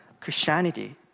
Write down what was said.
Christianity